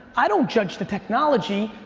i don't judge the technology.